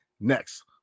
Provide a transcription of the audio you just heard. next